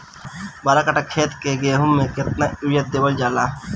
बारह कट्ठा खेत के गेहूं में केतना यूरिया देवल जा?